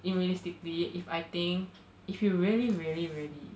if realistically if I think if you really really really